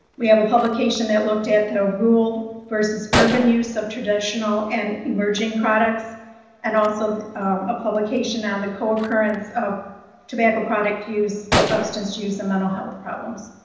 we have a publication that looked at the rural versus urban use of traditional and emerging products and also a publication on the co-occurrence of tobacco product to use substance use and mental health problems.